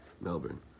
Melbourne